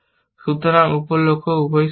সুতরাং উপ লক্ষ্য উভয়ই সত্য